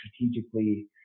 strategically